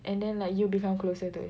and then like you become closer to